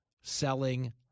selling